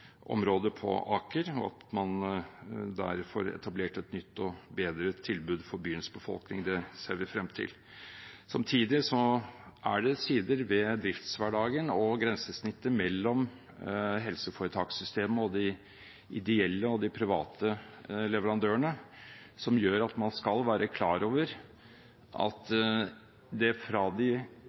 på Aker, og at man der får etablert et nytt og bedre tilbud for byens befolkning. Det ser vi frem til. Samtidig er det sider ved driftshverdagen og grensesnittet mellom helseforetakssystemet og de ideelle og de private leverandørene som gjør at man skal være klar over at i de